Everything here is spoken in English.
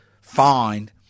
find